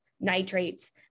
nitrates